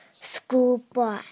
schoolboy